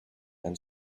and